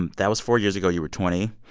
and that was four years ago. you were twenty.